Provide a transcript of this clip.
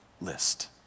list